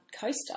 coaster